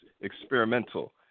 experimental